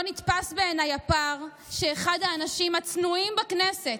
לא נתפס בעיניי הפער שאחד האנשים הצנועים בכנסת,